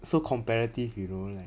so competitive you know like